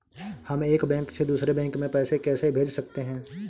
हम एक बैंक से दूसरे बैंक में पैसे कैसे भेज सकते हैं?